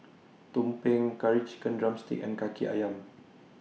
Tumpeng Curry Chicken Drumstick and Kaki Ayam